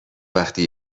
وقتی